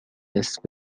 نصف